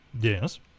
Yes